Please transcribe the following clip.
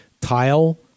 tile